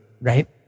Right